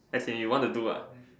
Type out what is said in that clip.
as in you want to do ah